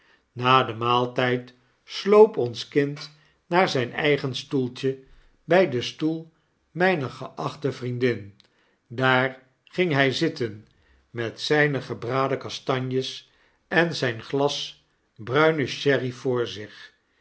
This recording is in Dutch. na den maaltijd sloop ons kind naar zijn eigen stoeltje bij den stoel myner geachte vriendin daar ging hy zitten met zyne gebradenkastanjes en zyn glas bruine sherry voor zich